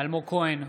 אלמוג כהן,